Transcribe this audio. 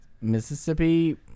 Mississippi